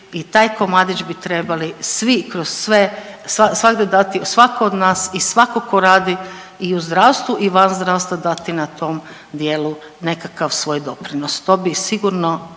i taj komadić bi trebali svi kroz sve, svagdje dati, svako od nas i svako ko radi i u zdravstvu i van zdravstva dati na tom dijelu nekakav svoj doprinos, to bi sigurno,